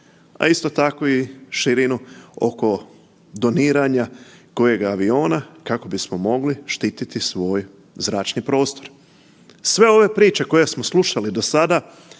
a isto tako i širinu oko doniranja kojeg aviona, kako bismo mogli štiti svoj zračni prostor. Sve ove priče koje smo slušali do sada